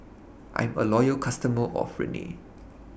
I'm A Loyal customer of Rene